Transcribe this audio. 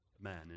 man